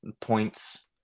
points